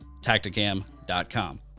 tacticam.com